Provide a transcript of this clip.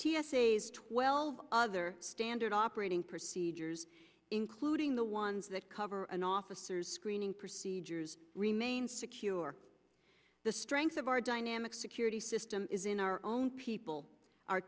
says twelve other standard operating procedures including the ones that cover an officer's screening procedures remain secure the strength of our dynamic security system is in our own people o